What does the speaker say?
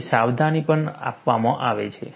અને સાવધાની પણ આપવામાં આવે છે